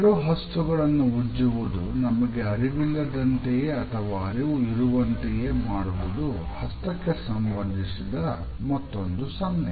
ಎರಡು ಹಸ್ತಗಳನ್ನು ಉಜ್ಜುವುದು ನಮಗೆ ಅರಿವಿಲ್ಲದಂತೆಯೇ ಅಥವಾ ಅರಿವು ಇರುವಂತೆಯೇ ಮಾಡುವುದು ಹಸ್ತಕ್ಕೆ ಸಂಬಂಧಿಸಿದ ಮತ್ತೊಂದು ಸನ್ನೆ